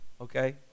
okay